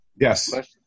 Yes